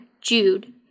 Jude